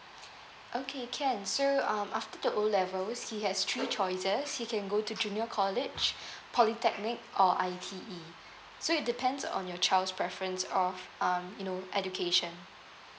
okay can so um after the O levels he has three choices he can go to junior college polytechnic or I_T_E so it depends on your child's preference of um you know education